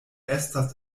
estas